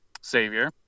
Savior